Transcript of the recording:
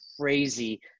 crazy